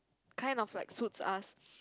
kind of like suits us